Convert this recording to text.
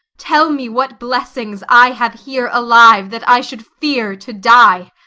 tell me what blessings i have here alive, that i should fear to die.